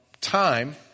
time